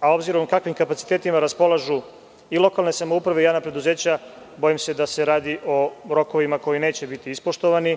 a obzirom kakvim kapacitetima raspolažu lokalne samouprave i javna preduzeća, bojim se da se radi o rokovima koji neće biti ispoštovani,